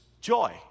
joy